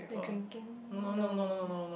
they drinking no